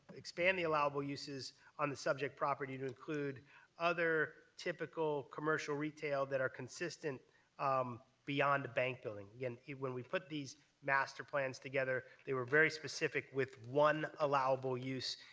expand the allowable uses on the subject property to include other typical commercial retail that are consistent um beyond a bank building. again, when we put these master plans together, they were very specific with one allowable use,